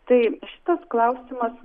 tai šitas klausimas